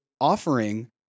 offering